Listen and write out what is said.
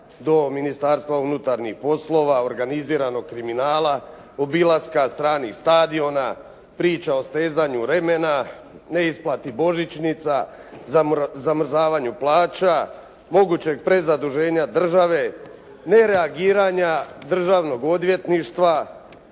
do Ministarstva unutarnjih poslova, organiziranog kriminala, obilaska stranih stadiona, priča o stezanju remena, neisplati božićnica, zamrzavanju plaća, mogućeg prezaduženja države, nereagiranja Državnog odvjetništva